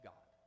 God